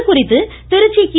இதுகுறித்து திருச்சி கி